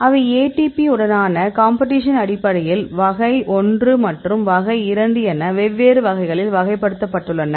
அவை ATP உடனான competition அடிப்படையில் வகை ஒன்று மற்றும் வகை இரண்டு என வெவ்வேறு வகைகளில் வகைப்படுத்தப்பட்டுள்ளன